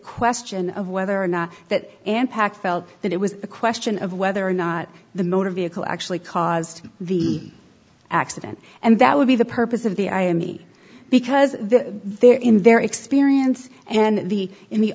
question of whether or not that and pac felt that it was a question of whether or not the motor vehicle actually caused the accident and that would be the purpose of the i am me because they're in their experience and the in the